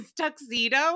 tuxedo